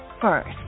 first